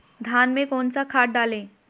धान में कौन सा खाद डालें?